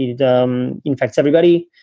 it um infects everybody.